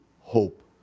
hope